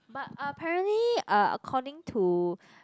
but apparently uh according to